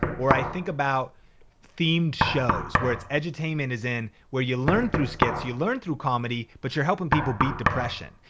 or i think about themed shows where it's edutainment as in where you learn through skits, you learn through comedy, but you're helping people beat depression.